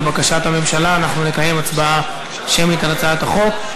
לבקשת הממשלה אנחנו נקיים הצבעה שמית על הצעת החוק,